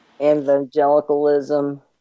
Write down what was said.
Evangelicalism